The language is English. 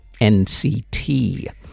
NCT